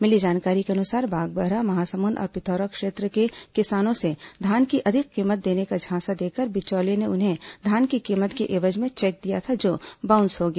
मिली जानकारी के अनुसार बागबाहरा महासमुंद और पिथौरा क्षेत्र के किसानों से धान की अधिक कीमत देने का झांसा देकर बिचौलिए ने उन्हें धान की कीमत के एवज में चेक दिया था जो बाउंस हो गया